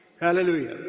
Hallelujah